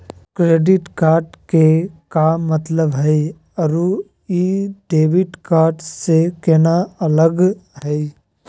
Credit card के का मतलब हई अरू ई डेबिट कार्ड स केना अलग हई?